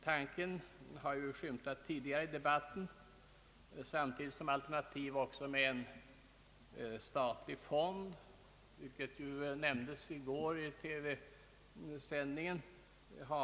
Tanken har skymtat tidigare i debatten, liksom alternativet med en statlig fond för att garantera skadeståndet, vilket också nämndes i gårdagens TV-utsändning.